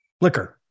liquor